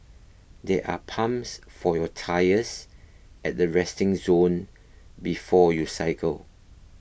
there are pumps for your tyres at the resting zone before you cycle